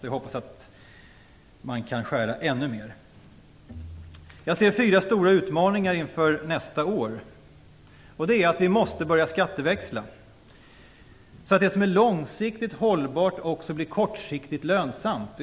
Jag hoppas att man kan skära ännu mer. Jag ser fyra stora utmaningar inför nästa år. Vi måste börja skatteväxla, så att det som är långsiktigt hållbart också blir kortsiktigt lönsamt.